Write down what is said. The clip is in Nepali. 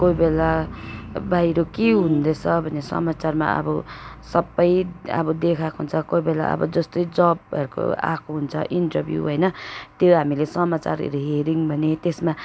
कोही बेला बाहिर के हुँदैछ भनेर समाचारमा अब सबै अब देखाएको हुन्छ कोही बेला अब जस्तै जबहरूको आएको हुन्छ इन्टरभ्यू होइन त्यो हामीले समाचारहरू हेऱ्यौँ भने त्यसमा